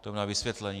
To na vysvětlení.